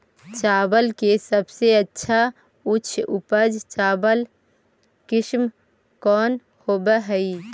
चावल के सबसे अच्छा उच्च उपज चावल किस्म कौन होव हई?